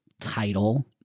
title